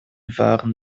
waren